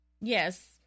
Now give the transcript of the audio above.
Yes